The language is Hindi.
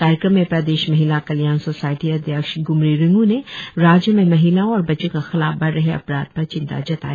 कार्यक्रम में प्रदेश महिला कल्याण सोसायटी अध्यक्ष ग्रमरी रिंग् ने राज्य में महिलाओं और बच्चों के खिलाफ बढ रहे अपराध पर चिंता जताई